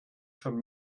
schon